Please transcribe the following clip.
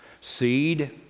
Seed